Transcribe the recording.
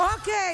אוקיי.